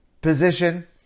position